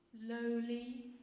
lowly